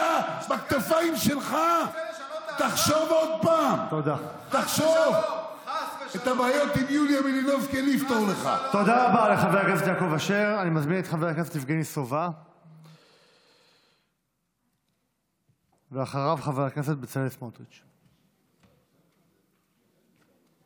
265. חבר הכנסת אשר.